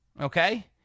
okay